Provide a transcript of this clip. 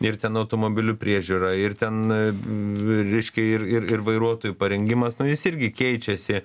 ir ten automobilių priežiūra ir ten reiškia ir ir ir vairuotojų parengimas nu jis irgi keičiasi